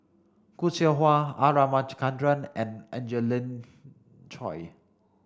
Khoo Seow Hwa R Ramachandran and Angelina Choy